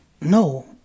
No